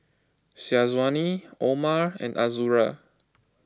Syazwani Omar and Azura